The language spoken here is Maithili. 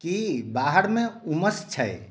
की बाहरमे उमस छै